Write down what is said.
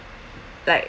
like